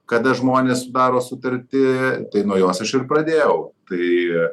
kada žmonės sudaro sutarti tai nuo jos aš ir pradėjau tai